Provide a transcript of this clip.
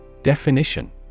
Definition